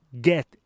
get